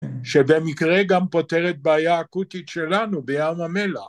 שבמקרה גם פותרת בעיה אקוטית שלנו בים המלח